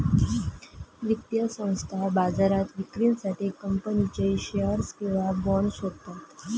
वित्तीय संस्था बाजारात विक्रीसाठी कंपनीचे शेअर्स किंवा बाँड शोधतात